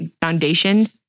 foundation